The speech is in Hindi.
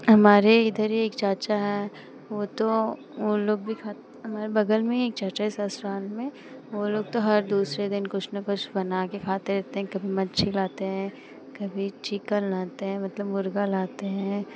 हमारे इधर एक चाचा है वे तो वे लोग भी खाते हमारे बगहल में ही एक चाचा है ससुराल में वे लोग तो हर दूसरे दिन कुछ ना कुछ बनाकर खाते रहते हैं कभी मछली लाते हैं कभी चिकन लाते हैं मतलब मुर्ग़ा लाते हैं